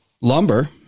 lumber